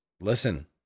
Listen